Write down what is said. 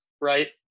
right